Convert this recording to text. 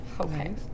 Okay